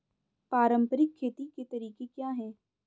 पारंपरिक खेती के तरीके क्या हैं?